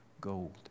gold